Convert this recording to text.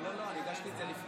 לא, לא, אני הגשתי את זה לפני.